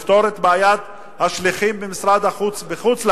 לפתור את בעיית השליחים של משרד החוץ בחוץ-לארץ,